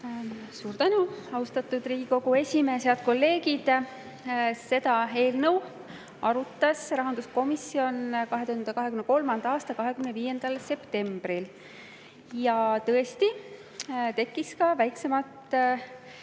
Suur tänu, austatud Riigikogu esimees! Head kolleegid! Seda eelnõu arutas rahanduskomisjon 2023. aasta 25. septembril. Tõesti, tekkis ka väiksemat